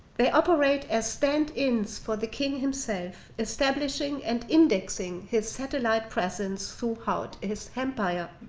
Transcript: they operate as stand-ins for the king himself, establishing and indexing his satellite presence throughout his empire.